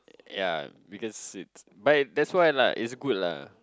ya because it's but that's why lah it's good lah